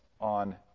on